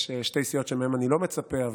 יש שתי סיעות שמהן אני לא מצפה,